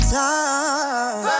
time